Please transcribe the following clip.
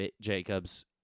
Jacobs